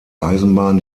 eisenbahn